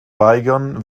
weigern